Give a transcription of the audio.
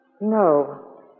No